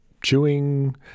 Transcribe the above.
chewing